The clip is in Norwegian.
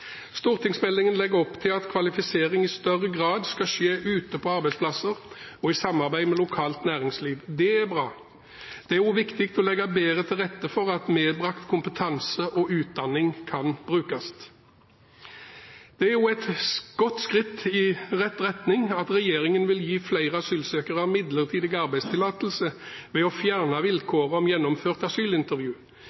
Stortingsmeldingen legger opp til at kvalifisering i større grad skal skje ute på arbeidsplasser og i samarbeid med lokalt næringsliv. Det er bra. Det er også viktig å legge bedre til rette for at medbrakt kompetanse og utdanning kan brukes. Det er også et godt skritt i rett retning at regjeringen vil gi flere asylsøkere midlertidig arbeidstillatelse ved å fjerne